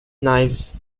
knives